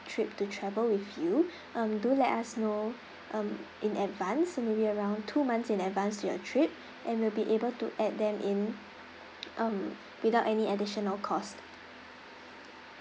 trip to travel with you um do let us know um in advance maybe around two months in advance to your trip and will be able to add them in um without any additional cost